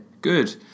good